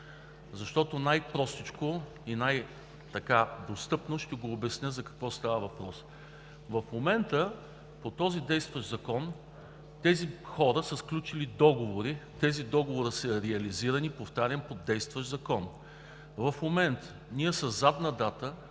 абсурд. Най-простичко и най-достъпно ще обясня за какво става въпрос. В момента по действащия закон тези хора са сключили договори. Те са реализирани, повтарям, по действащ закон. В момента със задна дата